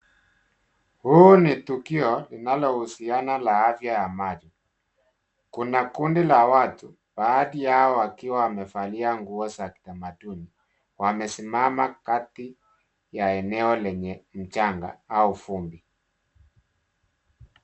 Huu ni tukio linalohusiana na afya ya maji. Kuna kundi la watu, baadhi yao wakiwa wamevalia nguo za kitamaduni. Wamesimama kati ya eneo lenye mchanga au vumbi.